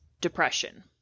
depression